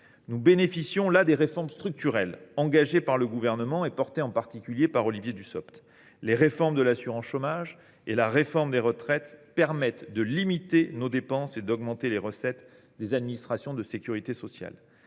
nous bénéficions des réformes structurelles engagées par le Gouvernement et portées en particulier par Olivier Dussopt. La réforme de l’assurance chômage et celle des retraites permettent de limiter nos dépenses et d’augmenter les recettes des administrations de sécurité sociale.